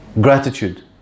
Gratitude